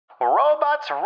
Robots